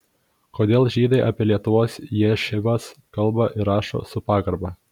kodėl žydai apie lietuvos ješivas kalba ir rašo su pagarba